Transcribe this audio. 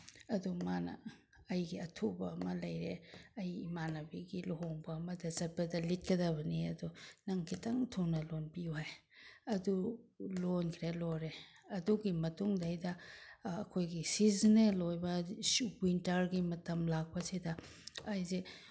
ꯑꯗꯨ ꯃꯥꯅ ꯑꯩꯒꯤ ꯑꯊꯨꯕ ꯑꯃ ꯂꯩꯔꯦ ꯑꯩ ꯏꯃꯥꯟꯅꯕꯤꯒꯤ ꯂꯨꯍꯣꯡꯕ ꯑꯃꯗ ꯆꯠꯄꯗ ꯂꯤꯠꯀꯗꯕꯅꯤ ꯑꯗꯣ ꯅꯪ ꯈꯤꯇꯪ ꯊꯨꯅ ꯂꯣꯟꯕꯤꯌꯨ ꯍꯥꯏ ꯑꯗꯨ ꯂꯣꯟꯈ꯭ꯔꯦ ꯂꯣꯏꯔꯦ ꯑꯗꯨꯒꯤ ꯃꯇꯨꯡꯗꯒꯤꯗ ꯑꯩꯈꯣꯏꯒꯤ ꯁꯤꯖꯅꯦꯜ ꯑꯣꯏꯕ ꯋꯤꯟꯇꯔꯒꯤ ꯃꯇꯝ ꯂꯥꯛꯄꯁꯤꯗ ꯑꯩꯁꯦ